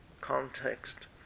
context